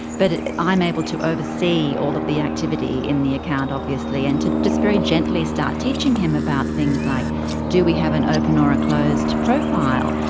but i'm able to oversee all of the activity in the account obviously and to just very gently start teaching him about things like do we have an open or a closed profile,